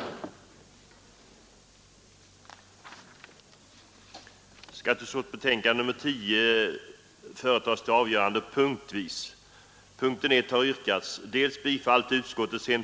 miskt